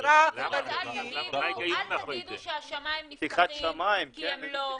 תיירים -- אז אל תגידו שהשמיים נפתחים כי הם לא,